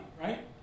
right